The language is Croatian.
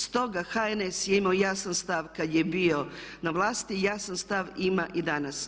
Stoga HNS je imao jasan stav kad je bio na vlasti i jasan stav ima i danas.